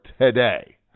today